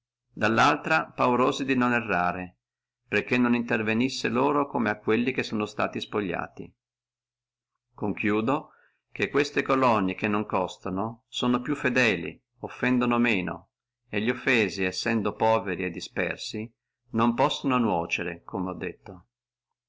dallaltro paurosi di non errare per timore che non intervenissi a loro come a quelli che sono stati spogliati concludo che queste colonie non costono sono più fedeli etoffendono meno e li offesi non possono nuocere sendo poveri e dispersi come è detto